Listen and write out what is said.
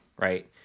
right